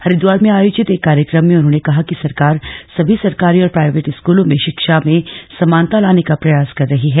हरिद्वार में आयोजित एक कार्यक्रम में उन्होंने कहा कि सरकार समी सरकारी और प्राइवेट स्कूलों में शिक्षा में समानता लाने का प्रयास कर रही है